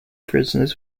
prisoners